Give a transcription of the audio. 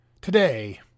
Today